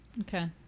okay